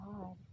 God